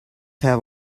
have